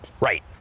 right